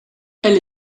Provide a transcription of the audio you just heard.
elle